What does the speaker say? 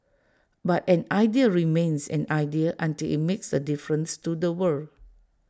but an idea remains an idea until IT makes A difference to the world